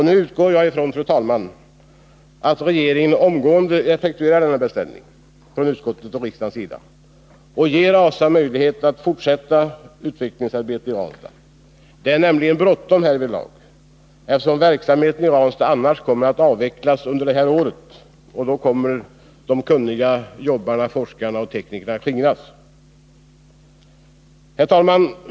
Jag utgår nu ifrån, fru talman, att regeringen omgående effektuerar denna beställning från utskottets och riksdagens sida och ger ASA möjlighet att fortsätta sitt utvecklingsarbete i Ranstad. Det är nämligen bråttom härvidlag, eftersom verksamheten i Ranstad annars kommer att avvecklas under innevarande år, och då kommer de kunniga jobbarna, forskarna och teknikerna att skingras. Fru talman!